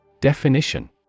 Definition